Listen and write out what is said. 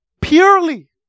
purely